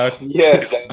Yes